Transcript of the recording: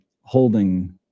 holding